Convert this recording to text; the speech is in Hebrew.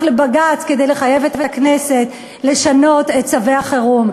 לבג"ץ כדי לחייב את הכנסת לשנות את צווי החירום.